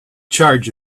charge